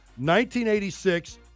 1986